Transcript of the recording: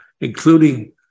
including